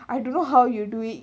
I don't know how you do it